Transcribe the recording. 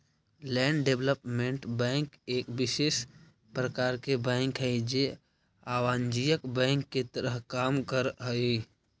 land development bank एक विशेष प्रकार के बैंक हइ जे अवाणिज्यिक बैंक के तरह काम करऽ हइ